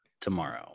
tomorrow